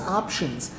options